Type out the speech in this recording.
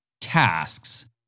tasks